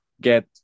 get